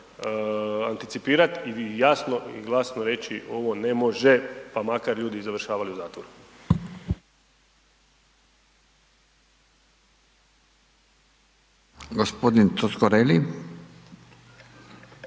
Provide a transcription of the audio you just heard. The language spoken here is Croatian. anticipirat i jasno i glasno reći ovo ne može, pa makar ljudi i završavali u zatvoru. **Radin, Furio